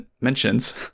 mentions